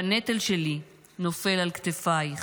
והנטל שלי נופל על כתפייך.